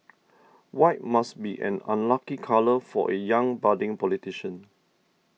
white must be an unlucky colour for a young budding politician